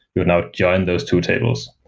you now join those two tables.